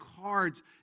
cards